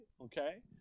Okay